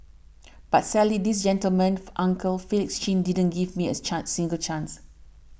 but sadly this gentleman uncle Felix Chin didn't give me a chance single chance